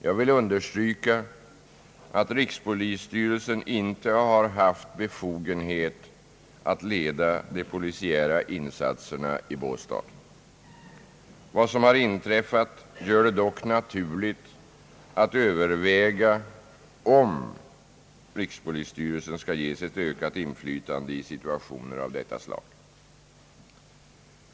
Jag vill understryka att rikspolisstyrelsen inte har haft befogenhet att leda de polisiära insatserna i Båstad. Vad som har inträffat gör det dock naturligt att överväga om rikspolisstyrelsen skall ges ett ökat inflytande i situationer av detta slag.